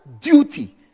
duty